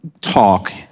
talk